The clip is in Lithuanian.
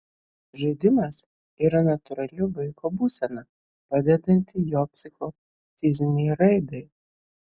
žaidimas yra natūrali vaiko būsena padedanti jo psichofizinei raidai